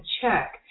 check